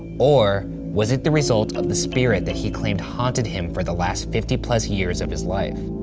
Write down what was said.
or, was it the result of the spirit that he claimed haunted him for the last fifty plus years of his life?